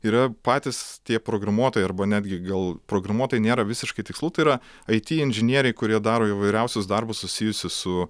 yra patys tie programuotojai arba netgi gal programuotojai nėra visiškai tikslu tai yra it inžinieriai kurie daro įvairiausius darbus susijusius su